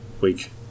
week